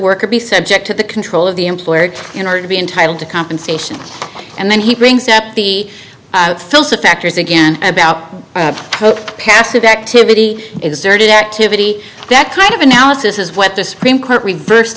worker be subject to the control of the employer in order to be entitled to compensation and then he brings up the filter factors again about passive activity exerted activity that kind of analysis is what the supreme